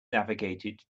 navigated